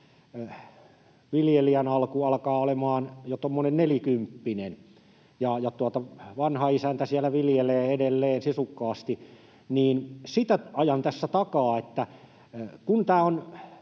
viljelijän alku alkaa olemaan jo tuommoinen nelikymppinen ja vanha isäntä siellä viljelee edelleen sisukkaasti, niin sitä ajan tässä takaa, että kun tämä on